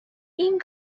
این